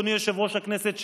אדוני יושב-ראש הכנסת,